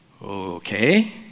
Okay